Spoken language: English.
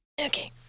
Okay